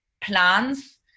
plans